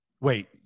Wait